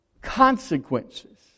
consequences